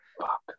Fuck